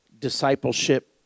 discipleship